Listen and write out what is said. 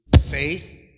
faith